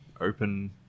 open